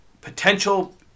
potential